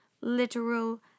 Literal